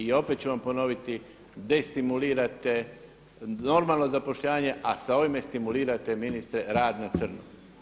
I opet ću vam ponoviti, destimulirate normalno zapošljavanje, a sa ovime stimulirate ministre rad na crno.